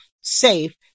safe